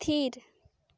ᱛᱷᱤᱨ